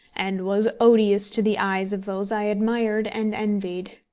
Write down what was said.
and was odious to the eyes of those i admired and envied.